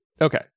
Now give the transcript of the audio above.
okay